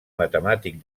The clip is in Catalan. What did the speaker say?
matemàtic